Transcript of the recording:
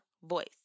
voice